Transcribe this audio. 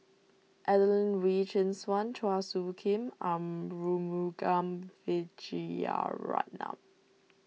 Adelene Wee Chin Suan Chua Soo Khim Arumugam Vijiaratnam